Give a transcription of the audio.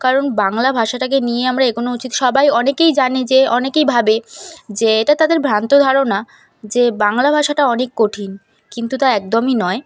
কারণ বাংলা ভাষাটাকে নিয়ে আমরা এগোনো উচিত সবাই অনেকেই জানে যে অনেকেই ভাবে যে এটা তাদের ভ্রান্ত ধারণা যে বাংলা ভাষাটা অনেক কঠিন কিন্তু তা একদমই নয়